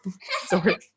Sorry